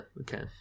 Okay